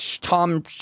tom